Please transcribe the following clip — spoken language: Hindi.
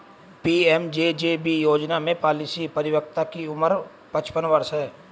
पी.एम.जे.जे.बी योजना में पॉलिसी परिपक्वता की उम्र पचपन वर्ष है